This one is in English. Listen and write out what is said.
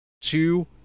two